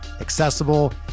accessible